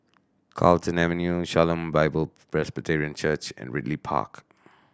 Carlton Avenue Shalom Bible Presbyterian Church and Ridley Park